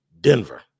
Denver